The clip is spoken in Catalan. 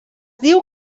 diu